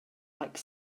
like